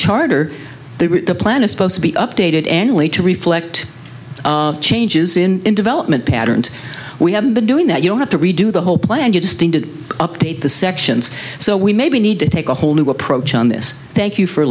charter the plan is supposed to be updated annually to reflect changes in development patterns we have been doing that you don't have to redo the whole plan you just in to update the sections so we maybe need to take a whole new approach on this thank you for